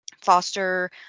foster